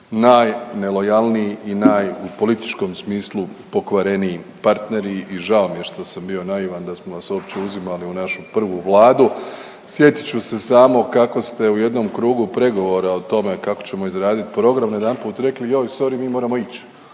najnelojalniji i naj u političkom smislu pokvareniji partneri i žao mi je što sam bio naivan da smo vas uopće uzimali u našu prvu Vladu. Sjetit ću se samo kako ste u jednom krugu pregovora o tome kako ćemo izraditi program najedanput rekli joj sorry mi moramo ići.